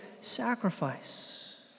sacrifice